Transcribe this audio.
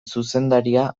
zuzendaria